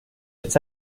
its